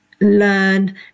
learn